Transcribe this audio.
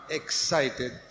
excited